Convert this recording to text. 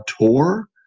tour